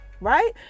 Right